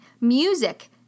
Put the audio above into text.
music